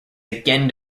again